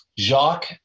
Jacques